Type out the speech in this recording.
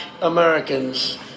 Americans